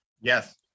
Yes